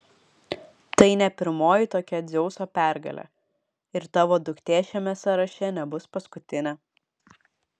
tai ne pirmoji tokia dzeuso pergalė ir tavo duktė šiame sąraše nebus paskutinė